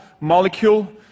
molecule